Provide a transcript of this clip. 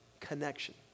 connection